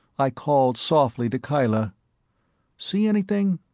i called softly to kyla see anything?